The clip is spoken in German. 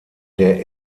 der